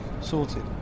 sorted